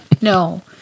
no